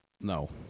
No